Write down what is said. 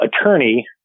attorney